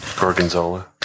Gorgonzola